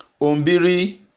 Umbiri